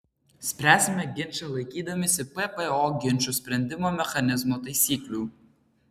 spręsime ginčą laikydamiesi ppo ginčų sprendimo mechanizmo taisyklių